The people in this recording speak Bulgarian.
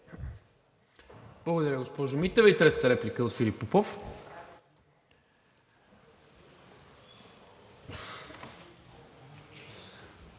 Благодаря, госпожо Митева. Трета реплика – Филип Попов.